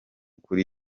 kuri